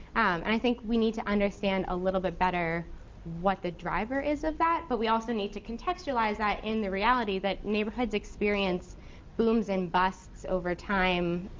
and i think we need to understand a little bit better what the driver is of that, but we also need to contextualize that in the reality that neighborhoods experience booms and busts over time,